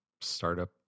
startup